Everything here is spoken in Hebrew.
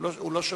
הוא לא שומע.